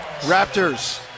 Raptors